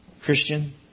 Christian